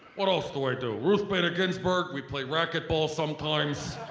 what else do i do? ruth bader ginsburg, we play racquetball sometimes.